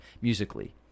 musically